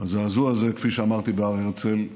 הזעזוע הזה, כפי שאמרתי בהר הרצל,